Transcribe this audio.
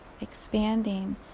expanding